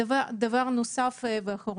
דבר אחרון,